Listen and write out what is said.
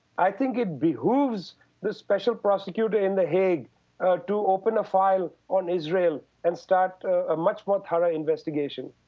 i think it behooves the special prosecutor in the hague to open a file on israel and start a much more thorough investigation.